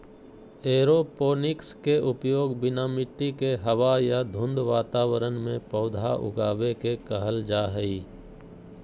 aeroponics के उपयोग बिना मिट्टी के हवा या धुंध वातावरण में पौधा उगाबे के कहल जा हइ